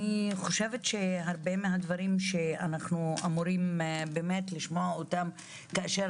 הרבה מהדברים שאנחנו אמורים לשמוע כאשר